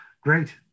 great